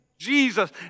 Jesus